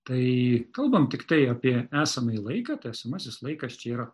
tai kalbam tiktai apie esamąjį laiką tai esamasis laikas čia yra